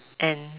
and